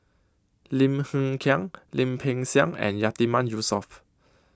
Lim Hng Kiang Lim Peng Siang and Yatiman Yusof